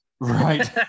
Right